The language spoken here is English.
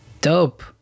Dope